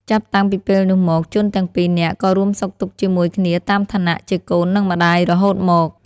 ចាប់តាំងពីពេលនោះមក ជនទាំងពីរនាក់ ក៏រួមសុខទុក្ខជាមួយគ្នាតាមឋានៈជាកូននិងម្ដាយរហូតមក ។